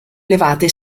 elevate